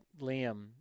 Liam